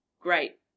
great